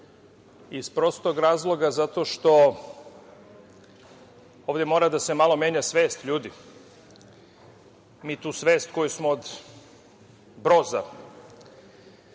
je veoma važno zato što ovde mora da se malo menja svest ljudi. Mi tu svest koju smo od Broza